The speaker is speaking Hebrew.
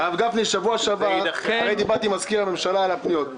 בשבוע שעבר דיברתי עם מזכיר הממשלה על הפניות.